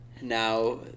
Now